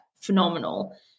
phenomenal